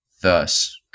thus